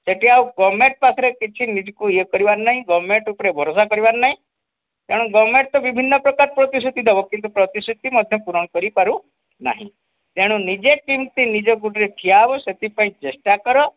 ସେଇଠି ଆଉ ଗଭର୍ଣ୍ଣମେଣ୍ଟ୍ ପାଖରେ କିଛି ନିଜକୁ ଇଏ କରିବାର ନାହିଁ ଗଭର୍ଣ୍ଣମେଣ୍ଟ୍ ଉପରେ ଭରସା କରିବାର ନାହିଁ ତେଣୁ ଗଭର୍ଣ୍ଣମେଣ୍ଟ୍ ତ ବିଭିନ୍ନପ୍ରକାର ପ୍ରତିଶୃତି ଦେବ କିନ୍ତୁ ପ୍ରତିଶୃତି ମଧ୍ୟ ପୂରଣ କରିପାରୁନାହିଁ ତେଣୁ ନିଜେ କେମିତି ନିଜ ଗୋଡ଼ରେ ଠିଆ ହେବ ସେଥିପାଇଁ ଚେଷ୍ଟା କର